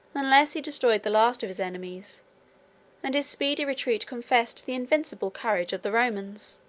unless he destroyed the last of his enemies and his speedy retreat confessed the invincible courage of the romans.